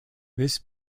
this